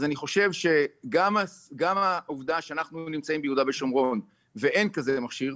אני חושב שגם העובדה שאנחנו נמצאים ביהודה ושומרון ואין כזה מכשיר,